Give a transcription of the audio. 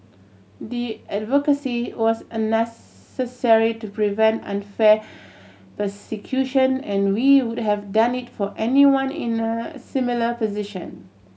the advocacy was an necessary to prevent unfair persecution and we would have done it for anyone in a similar position